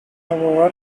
however